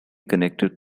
connected